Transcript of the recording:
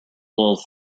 little